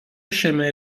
šiame